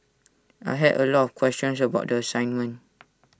I had A lot of questions about the assignment